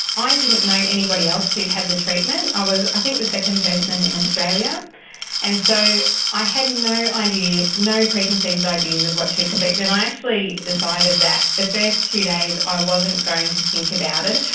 i didn't know anybody else who'd had the treatment, i was i think the second person in australia and so i i had no idea, no preconceived ideas of what to expect and i actually decided that the first two days i wasn't going to think about it.